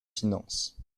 finances